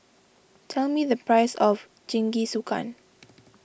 tell me the price of Jingisukan